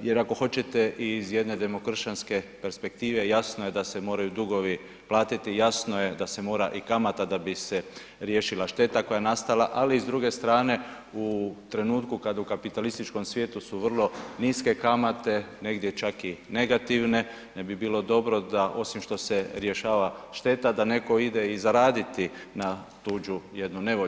jer ako hoćete ih jedne demokršćanske perspektive jasno je da se moraju dugovi platiti, jasno je da se mora i kamata da bi se riješila šteta koja je nastala, ali i s druge strane u trenutku kad u kapitalističkom svijetu su vrlo niske kamate, negdje čak i negativne ne bi bilo dobro da osim što se rješava šteta da netko ide i zaraditi na tuđu jednu nevolju.